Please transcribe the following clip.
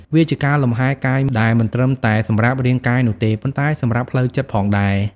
វាជាការលំហែកាយដែលមិនត្រឹមតែសម្រាប់រាងកាយនោះទេ ប៉ុន្តែសម្រាប់ផ្លូវចិត្តផងដែរ។